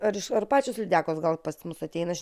ar iš pačios lydekos gal pas mus ateina